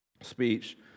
speech